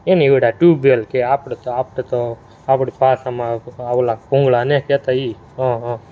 એને વળી આ ટ્યૂબવેલ કહે આપણે તો આપણે તો આપણી ભાષામાં આ ઓલા ભૂંગળા નથી કહેતા એ હં હં